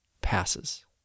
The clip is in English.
passes